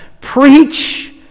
Preach